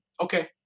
okay